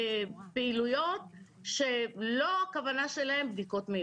פעילויות שלא הכוונה שלהן בדיקות מהירות.